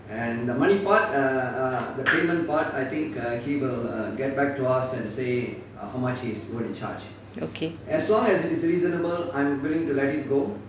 okay